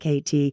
KT